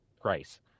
price